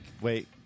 Wait